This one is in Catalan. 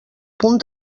punt